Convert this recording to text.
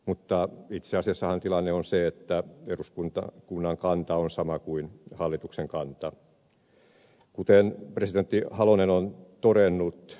mutta itse asiassahan tilanne on se että eduskunnan kanta on sama kuin hallituksen kanta kuten presidentti halonen on todennut